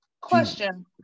question